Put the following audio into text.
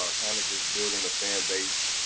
ah kind of just building a fan base,